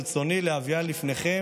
ברצוני להביאה לפניכם,